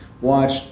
watch